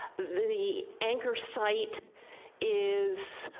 the anchor site is,